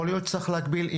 יכול להיות צריך להגביל.